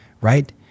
right